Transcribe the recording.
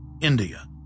India